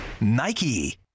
Nike